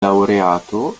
laureato